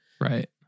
right